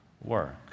work